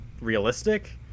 realistic